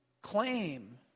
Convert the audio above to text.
Claim